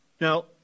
Now